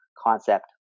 concept